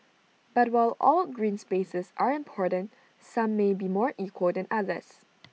but while all green spaces are important some may be more equal than others